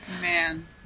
Man